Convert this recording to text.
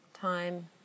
time